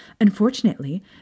Unfortunately